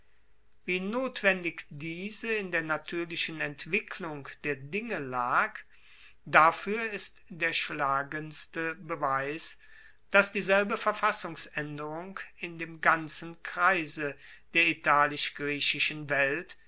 wie notwendig diese in der natuerlichen entwicklung der dinge lag dafuer ist der schlagendste beweis dass dieselbe verfassungsaenderung in dem ganzen kreise der italisch griechischen welt